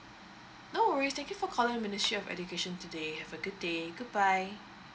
no worries thank you for calling ministry of education today have a good day good bye